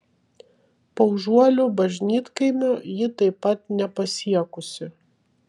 paužuolių bažnytkaimio ji taip pat nepasiekusi